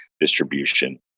distribution